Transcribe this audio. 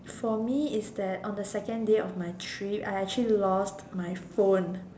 for me is that on the second day of my trip I actually lost my phone